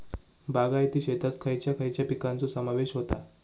बागायती शेतात खयच्या खयच्या पिकांचो समावेश होता?